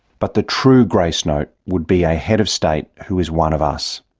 but the true grace note would be a head of state who is one of us.